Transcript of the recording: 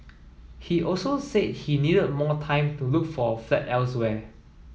he also said he needed more time to look for a flat elsewhere